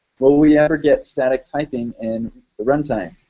will we ever get static typing in runtime?